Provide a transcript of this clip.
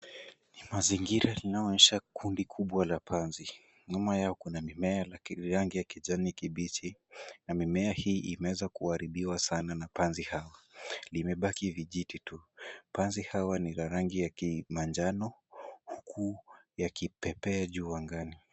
Ni mazingira inayoonyesha kundi kubwa la panzi, nyuma yao kuna mimea ya rangi ya kijani kibichi, na mimea hii imeweza kuharibiwa sana na panzi hawa, limebaki vijiti tuu, panzi hawa ni wa rangi ya manjano huku yakipepea juu angani.